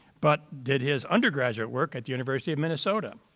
but did his undergraduate work at the university of minnesota.